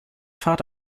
fahrt